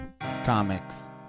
Comics